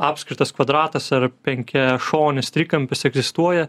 apskritas kvadratas ar penkiašonis trikampis egzistuoja